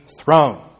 throne